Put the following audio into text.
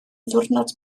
ddiwrnod